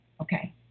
Okay